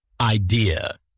idea